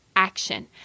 action